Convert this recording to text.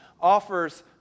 offers